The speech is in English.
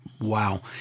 Wow